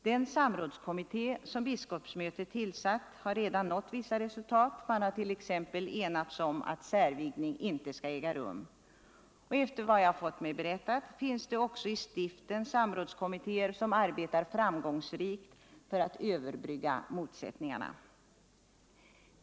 Den samrådskommitté som biskopsmötet tillsatt har redan nått vissa resultat — man har 1. ex. enats om att särvigningar inte skall äga rum — och efter vad jag fått mig berättat finns det också i stiften samrådskommittér som arbetar framgångsrikt för att överbrygga motsättningarna.